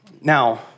Now